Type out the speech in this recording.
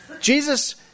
Jesus